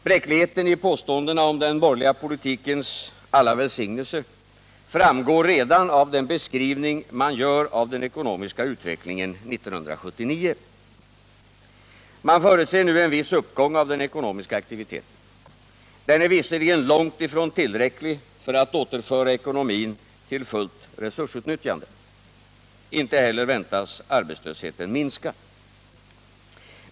Bräckligheten i påståendena om den borgerliga politikens alla välsignelser framgår redan av den beskrivning man gör av den ekonomiska utvecklingen 1979. Man förutser nu en viss uppgång av den ekonomiska aktiviteten. Den är visserligen långt ifrån tillräcklig för att återföra ekonomin till fullt resursutnyttjande. Inte heller väntas arbetslösheten minska.